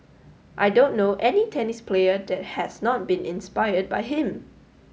I don't know any tennis player that has not been inspired by him